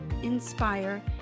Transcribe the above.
inspire